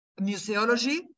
museology